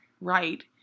right